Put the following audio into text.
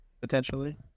potentially